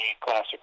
Classic